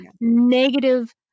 negative